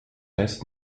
best